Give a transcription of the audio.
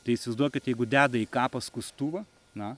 tai įsivaizduokit jeigu deda į kapą skustuvą na